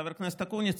חבר הכנסת אקוניס,